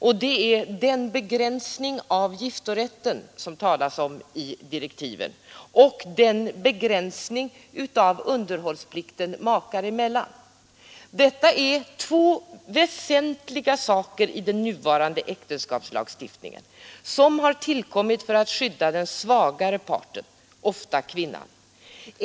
Jag tänker på den begränsning av giftorätten och den begränsning av underhållsplikten makar emellan som det talas om i direktiven. Det är två väsentliga punkter i den nuvarande äktenskapslagstiftningen. Både giftorätten och underhållsplikten har tillkommit för att skydda den svagare parten, ofta kvinnan.